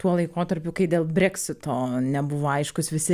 tuo laikotarpiu kai dėl breksito nebuvo aiškūs visi